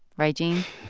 right, gene?